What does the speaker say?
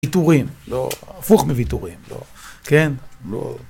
ויתורים. הפוך מוויתורים. כן?